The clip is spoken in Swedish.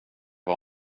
var